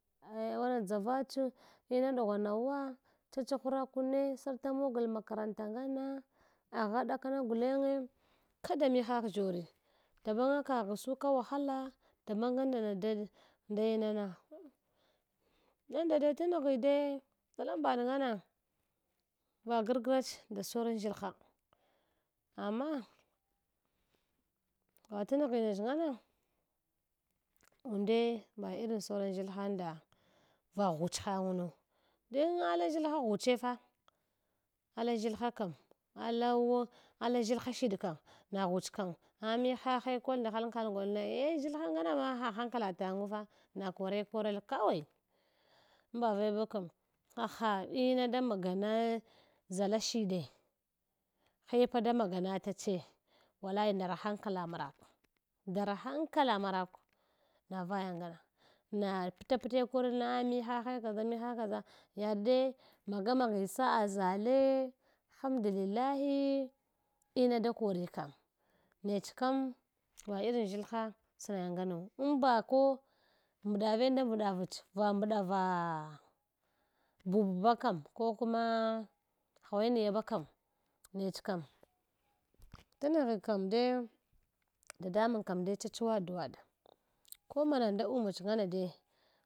wra dʒavache ina ɗugh wanawa chachahura hune sarata mogl makaranta ngama agha ɗakana gulange kada mihal ʒshorl dabanya kagha suka wahala damange nana da da inana yanda de tanghi dai ʒalambaɗ njana na gargnach nda sauran ʒshilha ama vatongshi nech njan unde na irin sam an ʒshulha nda va ghuch hangnu dan alan ʒshdka ghuche fa ala ʒshulhu kam ala wa alan ʒshilha shiɗ kam na ghuch kam ah muhahe kol nda halkal golna eh ʒshilha nganema ha hankala tange fa na kore korl kawai anba vaya bew kam kaha ina da maganai ʒala shide hapa da magana tache wallai ndara han kala marakw data hankala marakw navaya ryana na pla pla korl na michahe kafa nuhahe kaʒa yaɗ dai inagamagi sa’a ʒale hamdlillahi ina da kon kam nech kam na irin ʒshilhe snai nganu amba ko mbɗave da mɗavach va mbɗava bub baka ko kuma hawainiya ba kam nec kam tnghi kam dai dadamang kam da chachuwa adu’aɗ ko mana da umach ngama dai.